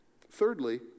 Thirdly